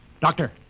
Doctor